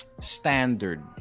standard